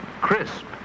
Crisp